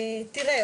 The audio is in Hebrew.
תראה,